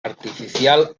artificial